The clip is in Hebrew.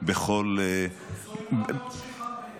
זאת אמירה מאוד שכיחה, מאיר.